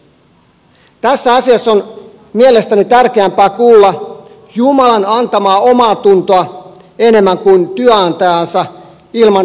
tässä asiassa on mielestäni tärkeämpää kuulla jumalan antamaa omaatuntoa enemmän kuin työnantajaansa ilman rangaistuksen pelkoa